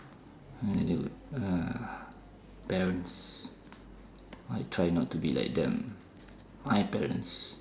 anyway uh parents I try not to be like them my parents